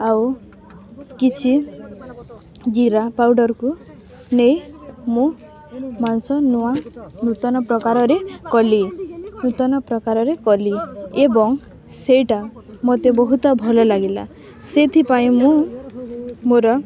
ଆଉ କିଛି ଜିରା ପାଉଡ଼ର୍କୁ ନେଇ ମୁଁ ମାଂସ ନୂଆ ନୂତନ ପ୍ରକାରରେ କଲି ନୂତନ ପ୍ରକାରରେ କଲି ଏବଂ ସେଇଟା ମୋତେ ବହୁତ ଭଲ ଲାଗିଲା ସେଇଥିପାଇଁ ମୁଁ ମୋର